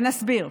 ונסביר: